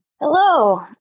Hello